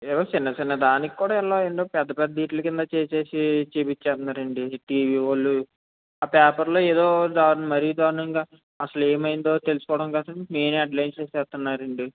ఏవో చిన్న చిన్న దానికి కూడా ఇలా వీళ్ళు పెద్ద పెద్ద వీటి క్రింద చేసేసి చూపిచ్చేస్తున్నారు అండి ఈ టీవీ వాళ్ళు ఆ పేపర్లో ఏదో దారుణం మరీ దారుణంగా అసలు ఏమైందో తెలుసుకోవడం లేదండి మెయిన్ హెడ్లైన్స్ చూసేస్తున్నారు అండి